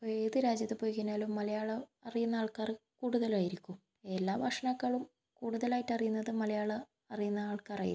ഇപ്പം ഏത് രാജ്യത്തു പോയി കഴിഞ്ഞാലും മലയാളം അറിയുന്ന ആൾക്കാർ കൂടുതലായിരിക്കും എല്ലാ ഭാഷേനെക്കാളും കൂടുതലായിട്ട് അറിയുന്നത് മലയാളം അറിയുന്ന ആൾക്കാർ ആയിരിക്കും